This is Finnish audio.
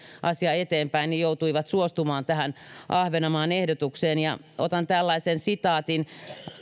asiaa eteenpäin joutui suostumaan tähän ahvenanmaan ehdotukseen otan sitaatin